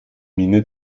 miene